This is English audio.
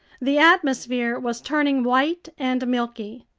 the atmosphere was turning white and milky.